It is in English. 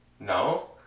No